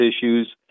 issues